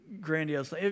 grandiose